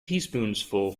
teaspoonsful